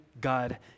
God